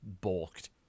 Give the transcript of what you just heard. balked